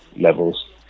levels